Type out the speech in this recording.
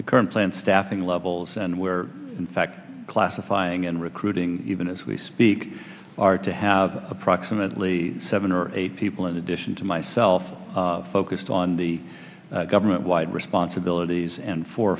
the current plan staffing levels and where in fact classifying and recruiting even as we speak are to have approximately seven or eight people in addition to myself focused on the government wide responsibilities and four